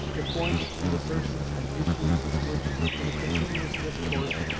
the points and assertions and issues which, in a continuous discourse,